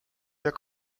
jak